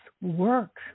work